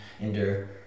endure